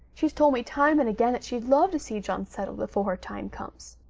she's told me time and again that she'd love to see john settled before her time comes.